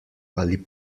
ali